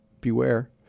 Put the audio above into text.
beware